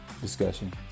discussion